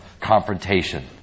confrontation